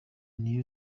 newly